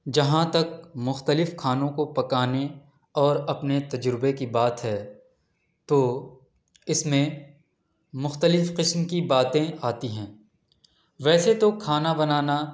جہاں تک مختلف کھانوں کو پکانے اور اپنے تجربے کی بات ہے تو اس میں مختلف قسم کی باتیں آتی ہیں ویسے تو کھانا بنانا